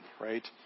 right